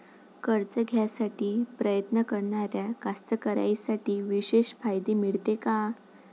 कर्ज घ्यासाठी प्रयत्न करणाऱ्या कास्तकाराइसाठी विशेष फायदे मिळते का?